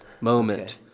moment